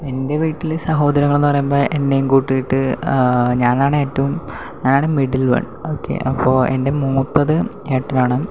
എൻ്റെ വീട്ടിലെ സഹോദരങ്ങളെന്ന് പറയുമ്പോൾ എന്നേയും കൂട്ടിയിട്ട് ഞാനാണ് ഏറ്റവും ഞാനാണ് മിഡിൽ വൺ ഓക്കെ അപ്പോൾ എൻ്റെ മൂത്തത് ഏട്ടനാണ്